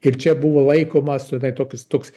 ir čia buvo laikomas tenai tokis toks